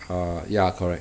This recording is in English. car~ ya correct